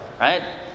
Right